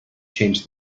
change